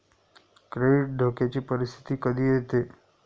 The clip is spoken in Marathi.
क्रेडिट धोक्याची परिस्थिती कधी येते